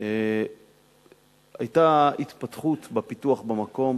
היתה התפתחות בפיתוח במקום